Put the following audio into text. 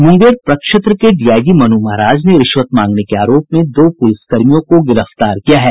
मुंगेर प्रक्षेत्र के डीआईजी मनु महाराज ने रिश्वत मांगने के आरोप में दो पुलिसकर्मियों को गिरफ्तार किया है